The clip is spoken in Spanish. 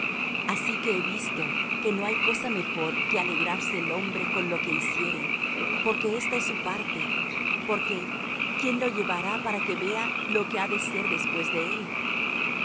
así que he visto que no hay cosa mejor que alegrarse el hombre con lo que hiciere porque esta es su parte porque quién lo llevará para que vea lo que ha de ser después de él